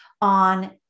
on